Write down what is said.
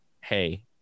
Hey